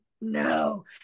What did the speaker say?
no